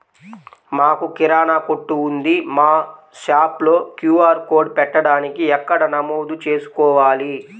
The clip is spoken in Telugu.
మాకు కిరాణా కొట్టు ఉంది మా షాప్లో క్యూ.ఆర్ కోడ్ పెట్టడానికి ఎక్కడ నమోదు చేసుకోవాలీ?